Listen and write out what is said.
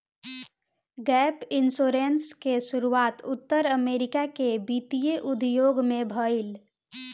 gap insurance के शुरुआत उत्तर अमेरिका के वित्तीय उद्योग में भईल